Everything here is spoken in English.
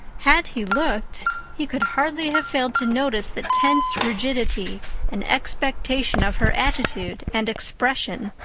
had he looked he could hardly have failed to notice the tense rigidity and expectation of her attitude and expression.